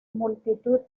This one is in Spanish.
multitud